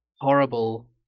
horrible